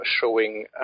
showing